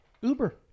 Uber